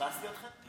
פספסתי אותך?